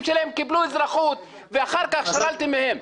שלהם קיבלו אזרחות ואחר כך שללתם מהם.